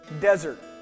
desert